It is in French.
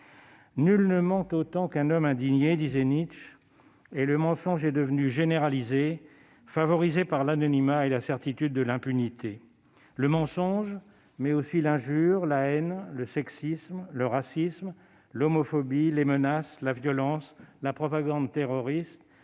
« Nul ne ment autant qu'un homme indigné », écrivait Nietzsche. Et le mensonge est devenu généralisé, favorisé par l'anonymat et la certitude de l'impunité. Le mensonge, mais aussi l'injure, la haine, le sexisme, le racisme, l'homophobie, les menaces, la violence, la propagande terroriste